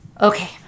Okay